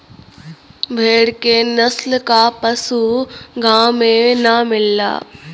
भेड़ के नस्ल क पशु गाँव में ना मिलला